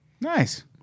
Nice